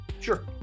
Sure